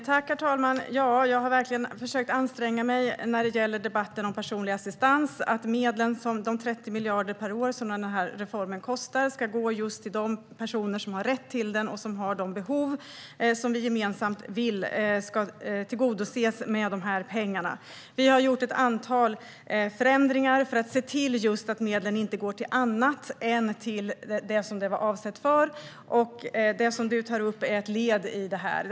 Herr talman! Jag har verkligen försökt att anstränga mig när det gäller debatten om personlig assistans. De 30 miljarderna per år, som den här reformen kostar, ska gå till de personer som har rätt till assistans och som har de behov som gemensamt ska tillgodoses med dessa pengar. Vi har gjort ett antal förändringar för att se till att medlen inte går till annat än till det som de är avsedda för. Det som du, Bengt Eliasson, tar upp är led i detta arbete.